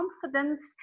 confidence